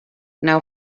now